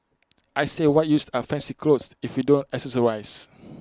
I say what use are fancy clothes if you don't accessorise